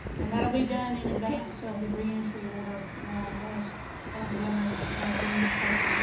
and that will be done in advance of the reentry order um as as the governor deems appropriate.